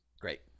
Great